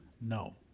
No